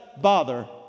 bother